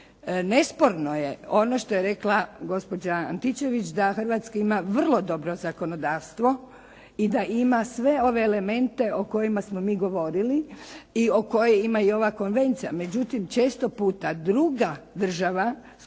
Nesporno je ono što je rekla gospođa Antičević da Hrvatska ima vrlo dobro zakonodavstvo i da ima sve ove elemente o kojima smo mi govorili i koje ima i ova konvencija,